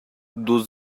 does